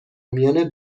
میان